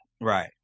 Right